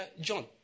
John